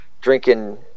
drinking